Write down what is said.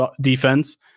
defense